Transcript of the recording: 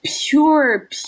pure